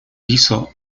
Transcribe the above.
hizo